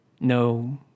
no